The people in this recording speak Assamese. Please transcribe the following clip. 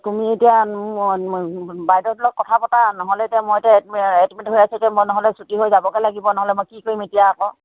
তুমি এতিয়া বাইদেউহঁতৰ লগত কথা পাতা নহ'লে এতিয়া মই এতিয়া এডমিট হৈ আছোঁ এতিয়া মই নহ'লে ছুটী হৈ যাবগৈ লাগিব নহ'লে মই কি কৰিম এতিয়া আকৌ